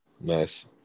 Nice